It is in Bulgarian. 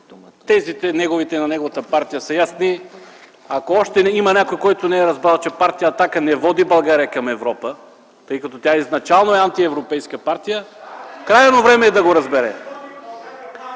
като неговите и на неговата партия тези са ясни. Ако има още някой, който не е разбрал, че Партия „Атака” не води България към Европа, тъй като тя изначално е антиевропейска партия, крайно време е да го разбере.